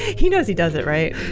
he knows he does it. right?